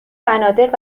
بنادر